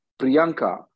Priyanka